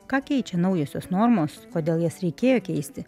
ką keičia naujosios normos kodėl jas reikėjo keisti